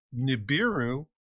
Nibiru